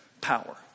power